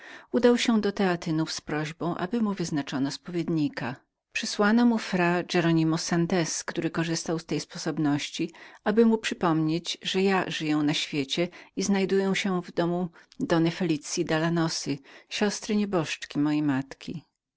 udał się do teatynów z prośbą aby mu wyznaczono spowiednika przysłano mu fra heronimo santez który korzystał z tej sposobności aby mu przypomnieć że ja żyłem na świecie i znajdowałem się w domu dony felicyi dalanosa siostry nieboszczki mojej matki